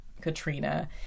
Katrina